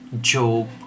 Job